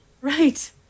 Right